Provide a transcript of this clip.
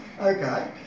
Okay